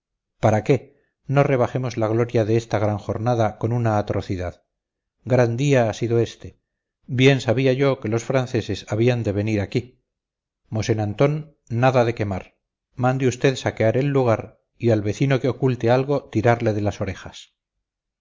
para qué no rebajemos la gloria de esta gran jornada con una atrocidad gran día ha sido este bien sabía yo que los franceses habían de venir aquí mosén antón nada de quemar mande usted saquear el lugar y al vecino que oculte algo tirarle de las orejas